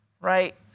right